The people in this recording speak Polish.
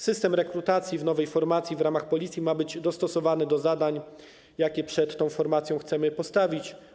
System rekrutacji do nowej formacji w ramach Policji ma być dostosowany do zadań, jakie przed tą formacją chcemy postawić.